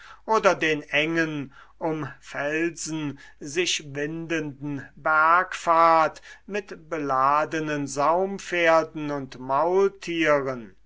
oder den engen um felsen sich windenden bergpfad mit beladenen saumpferden und maultieren